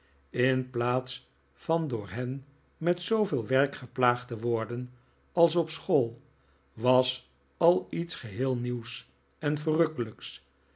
in plaats van door hen met zooveel werk geplaagd te worden als op school was al iets geheel nieuws en verrukkelijks